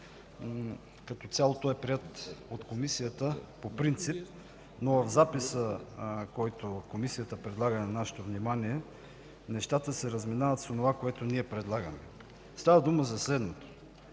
Като цяло той е приет от Комисията по принцип, но от записа, който Комисията предлага на нашето внимание, нещата се разминават с онова, което ние предлагаме. Става дума за следното: